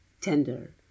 tender